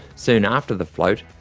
soon after the float,